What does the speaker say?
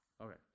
Okay